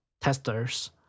testers